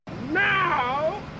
Now